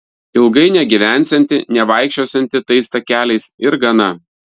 ilgai negyvensianti nevaikščiosianti tais takeliais ir gana